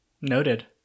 Noted